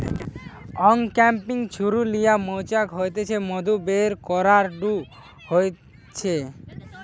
uncapping ছুরি লিয়া মৌচাক হইতে মধু বের করাঢু হতিছে